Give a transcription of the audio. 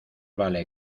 vale